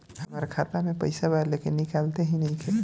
हमार खाता मे पईसा बा लेकिन निकालते ही नईखे?